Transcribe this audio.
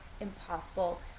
impossible